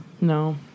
No